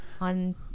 on